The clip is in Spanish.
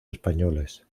españoles